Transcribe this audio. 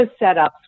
setups